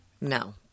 No